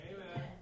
Amen